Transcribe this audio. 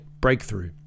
breakthrough